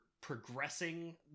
progressing